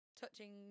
touching